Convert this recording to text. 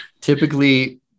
Typically